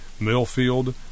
Millfield